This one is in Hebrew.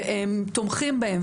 ותומכים בהם,